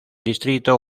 distrito